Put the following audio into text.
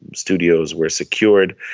studios were secured,